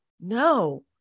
no